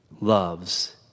loves